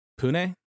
Pune